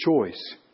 choice